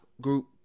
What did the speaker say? group